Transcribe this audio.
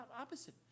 opposite